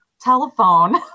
telephone